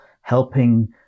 helping